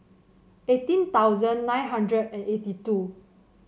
eighteen thousand nine hundred and eighty two